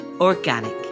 organic